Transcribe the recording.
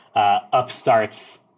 Upstarts